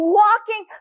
walking